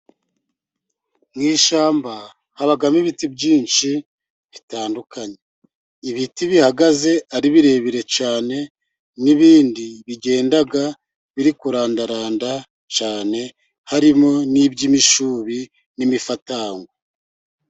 Mu ishyamba, habamo ibiti byinshi bitandukanye, ibiti bihagaze ari birebire cyane, n'ibindi bigenda biri kurandaranda cyane, harimo n'iby'imishubi, n'imifatangwe.